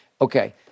Okay